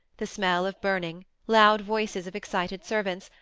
the smell of burning, loud voices of excited servants,